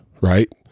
right